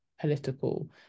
political